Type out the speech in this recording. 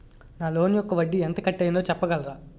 నా లోన్ యెక్క వడ్డీ ఎంత కట్ అయిందో చెప్పగలరా?